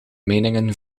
meningen